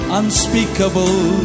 unspeakable